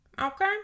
Okay